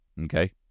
okay